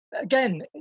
Again